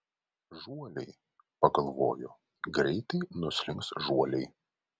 žuoliai pagalvojo greitai nuslinks žuoliai